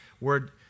word